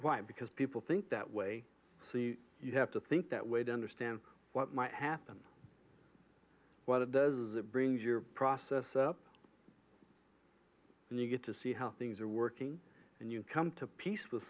why because people think that way you have to think that way to understand what might happen what it does is it brings your process up and you get to see how things are working and you come to peace with